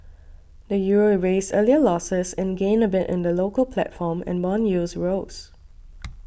the Euro erased earlier losses and gained a bit in the local platform and bond yields rose